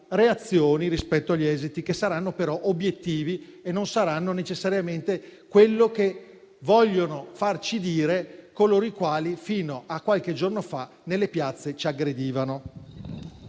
reazioni rispetto agli esiti, che saranno però obiettivi e non saranno necessariamente quello che vogliono farci dire coloro i quali fino a qualche giorno fa nelle piazze ci aggredivano.